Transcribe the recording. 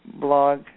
blog